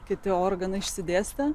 kiti organai išsidėstę